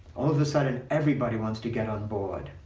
all of a sudden everybody wants to get on board,